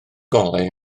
golau